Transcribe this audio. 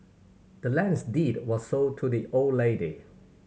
the land's deed was sold to the old lady